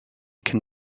can